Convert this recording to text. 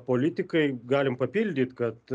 politikai galim papildyt kad